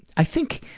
i think.